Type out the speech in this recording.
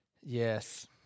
yes